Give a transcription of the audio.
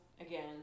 again